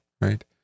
right